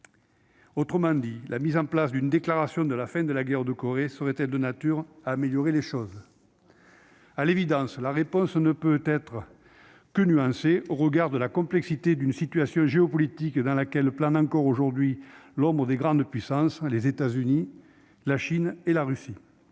Autrement dit, l'adoption d'une déclaration de la fin de la guerre de Corée serait-elle de nature à améliorer les choses ? À l'évidence, la réponse ne peut être que nuancée, compte tenu de la complexité d'une situation géopolitique sur laquelle plane encore aujourd'hui l'ombre des grandes puissances, les États-Unis, la Chine et la Russie.